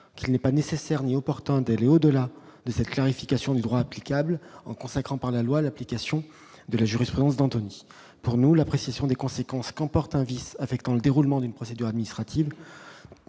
n'est pas nécessaire ni opportun d'aller au-delà de cette clarification du droit applicable en consacrant par la loi d'application de la jurisprudence d'Anthony, pour nous, l'appréciation des conséquences comporte un vice affectant le déroulement d'une procédure administrative